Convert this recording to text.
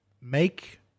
Make